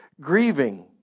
grieving